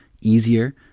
easier